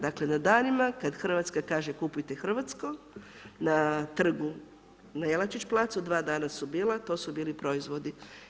Dakle na danima kad Hrvatska kaže Kupujte hrvatsko, na trgu, na Jelačić placu, dva dana su bila to su bili proizvodi.